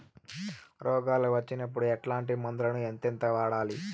రోగాలు వచ్చినప్పుడు ఎట్లాంటి మందులను ఎంతెంత వాడాలి?